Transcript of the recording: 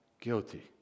Guilty